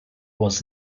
was